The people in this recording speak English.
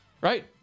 right